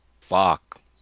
Fuck